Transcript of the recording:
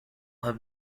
have